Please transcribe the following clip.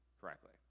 correctly